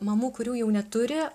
mamų kurių jau neturi